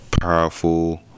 powerful